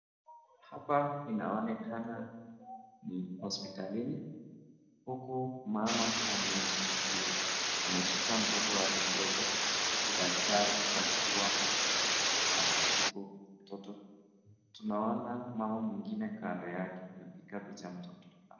Hapa inaonekana ni hosiptalini, huku mama ameshika mtoto wake mdogo huku daktari akiwa anamtibu mtoto, tunaona mama mwingine kando yake amepiga picha mtoto.